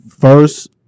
first